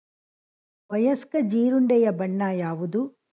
ವಯಸ್ಕ ಜೀರುಂಡೆಯ ಬಣ್ಣ ಯಾವುದು?